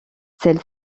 celle